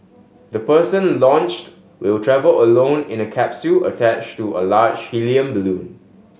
the person launched will travel alone in a capsule attached to a large helium balloon